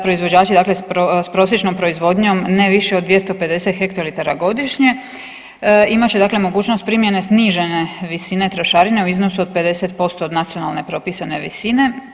Proizvođači dakle s prosječnom proizvodnjom ne više od 250 hektolitara godišnje imat će dakle mogućnost primjene snižene visine trošarine u iznosu od 50% od nacionalne propisane visine.